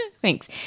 Thanks